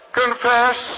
confess